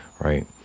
right